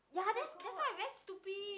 ya that's that's why i very stupid